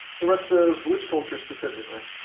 the rest of which culture specifi cally?